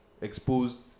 exposed